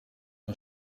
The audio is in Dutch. een